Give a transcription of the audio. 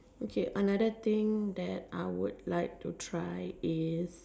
okay another thing that I would like to try is